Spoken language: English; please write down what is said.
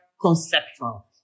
conceptual